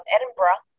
Edinburgh